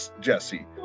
Jesse